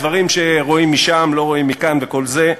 דברים שרואים משם לא רואים מכאן וכל זה,